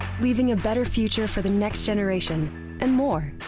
leaving a better future for the next generation and more.